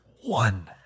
one